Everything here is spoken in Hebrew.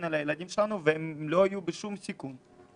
על הילדים שלנו והם לא יהיו בשום סיכון.